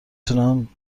تونم